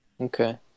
okay